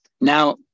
Now